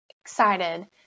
excited